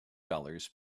dollars